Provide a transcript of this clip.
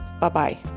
Bye-bye